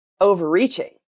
overreaching